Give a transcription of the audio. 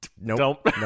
Nope